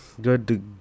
good